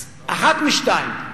אז, אחת משתיים: